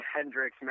Hendrix